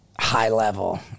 High-level